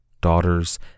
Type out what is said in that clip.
daughters